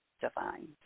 divine